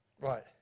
right